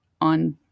on